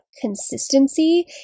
consistency